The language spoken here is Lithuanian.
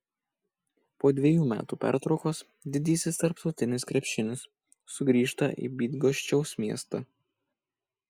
po dvejų metų pertraukos didysis tarptautinis krepšinis sugrįžta į bydgoščiaus miestą